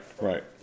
right